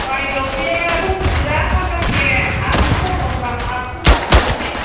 बायह्राव बे रन्जिता हाजारसे आरो बे स्वर्न'फ्रा आठस' गाहाम थांदोहाय